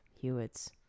Hewitt's